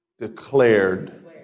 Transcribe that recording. declared